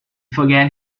forget